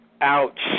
Ouch